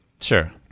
Sure